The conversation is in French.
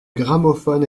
gramophone